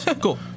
Cool